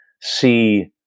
see